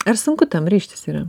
ar sunku tam ryžtis yra